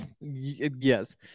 Yes